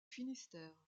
finistère